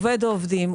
עובד או עובדים,